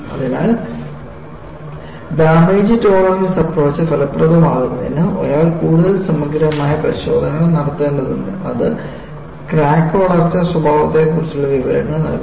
അതിനാൽ damage tolerance approach ഫലപ്രദമാകുന്നതിന് ഒരാൾ കൂടുതൽ സമഗ്രമായ പരിശോധനകൾ നടത്തേണ്ടതുണ്ട് അത് ക്രാക്ക് വളർച്ചാ സ്വഭാവത്തെക്കുറിച്ചുള്ള വിവരങ്ങൾ നൽകുന്നു